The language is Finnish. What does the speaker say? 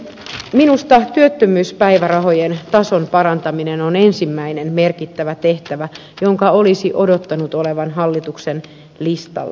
minusta työttömyyspäivärahojen tason parantaminen on ensimmäinen merkittävä tehtävä jonka olisi odottanut olevan hallituksen listalla